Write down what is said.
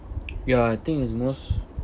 ya I think it's most